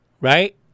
right